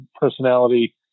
personality